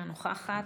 אינה נוכחת.